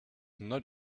not